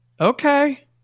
okay